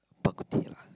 bak-kut-teh lah